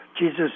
Jesus